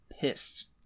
pissed